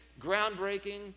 groundbreaking